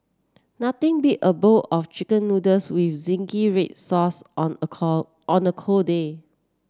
nothing beat a bowl of chicken noodles with zingy red sauce on a on a cold day